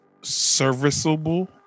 serviceable